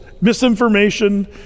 Misinformation